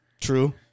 True